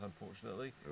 unfortunately